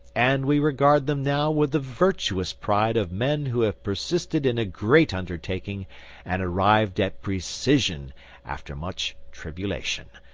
and we regard them now with the virtuous pride of men who have persisted in a great undertaking and arrived at precision after much tribulation.